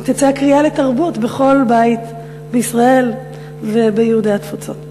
שתצא הקריאה לתרבות בכל בית בישראל וביהודי התפוצות.